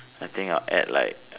I think I'll add like